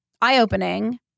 eye-opening